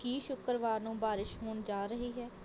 ਕੀ ਸ਼ੁੱਕਰਵਾਰ ਨੂੰ ਬਾਰਿਸ਼ ਹੋਣ ਜਾ ਰਹੀ ਹੈ